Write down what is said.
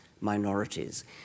minorities